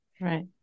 Right